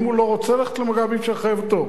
אם הוא לא רוצה ללכת למג"ב, אי-אפשר לחייב אותו.